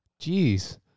Jeez